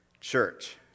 church